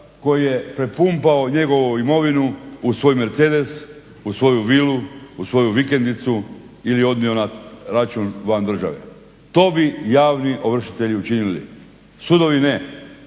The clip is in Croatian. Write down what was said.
koji je prepumpao njegovu imovinu u svoj Mercedes, u svoju vilu, u svoju vikendicu ili odnio na račun van države. To bi javni ovršitelji učinili, sudovi ne.